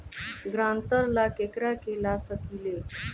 ग्रांतर ला केकरा के ला सकी ले?